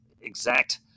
exact